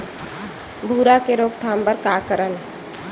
भूरा के रोकथाम बर का करन?